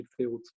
midfield